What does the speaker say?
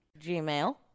Gmail